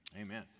Amen